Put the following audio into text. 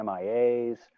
MIAs